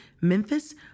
Memphis